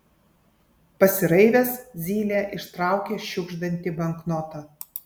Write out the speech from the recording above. pasiraivęs zylė ištraukė šiugždantį banknotą